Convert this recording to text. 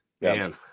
man